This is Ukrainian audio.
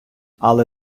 але